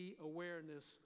Awareness